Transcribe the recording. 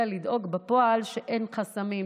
אלא לדאוג בפועל שאין חסמים,